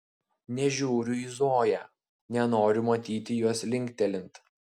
nežiūriu į zoją nenoriu matyti jos linktelint